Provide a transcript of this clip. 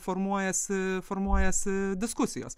formuojasi formuojasi diskusijos